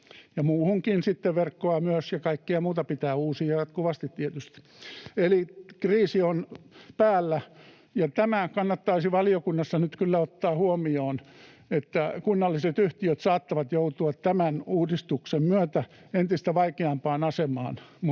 ja kaikkea muuta pitää uusia jatkuvasti tietysti. Eli kriisi on päällä, ja tämä kannattaisi valiokunnassa nyt kyllä ottaa huomioon, että kunnalliset yhtiöt saattavat joutua tämän uudistuksen myötä entistä vaikeampaan asemaan.